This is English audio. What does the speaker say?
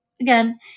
Again